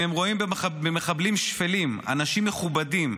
אם הם רואים במחבלים שפלים אנשים מכובדים.